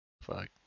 Fuck